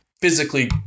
physically